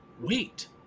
wait